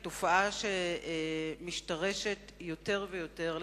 היא תופעה שמשתרשת יותר ויותר,